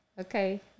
Okay